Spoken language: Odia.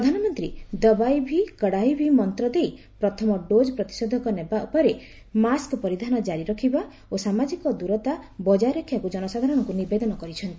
ପ୍ରଧାନମନ୍ତ୍ରୀ ଦବାଇ ଭି କଡ଼ାଇ ଭି ମନ୍ତ୍ର ଦେଇ ପ୍ରଥମ ଡୋକ୍ ପ୍ରତିଷେଧକ ନେବା ପରେ ମାସ୍କ ପରିଧାନ ଜାରି ରଖିବା ଓ ସାମାଜିକ ଦୂରତା ବଜାୟ ରଖିବାକୁ ଜନସାଧାରଣଙ୍କୁ ନିବେଦନ କରିଛନ୍ତି